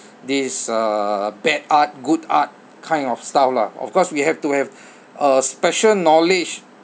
this uh bad art good art kind of style lah of course we have to have uh special knowledge